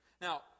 Now